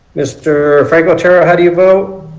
mister frank otero how do you vote?